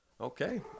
Okay